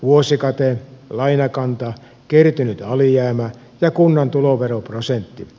vuosikate lainakanta kertynyt alijäämä ja kunnan tuloveroprosentti